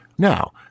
Now